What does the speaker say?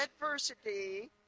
adversity